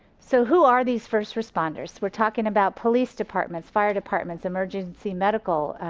so who are these first responders, we're talking about police departments, fire departments, emergency medical,